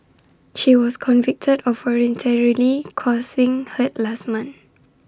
she was convicted of voluntarily causing hurt last month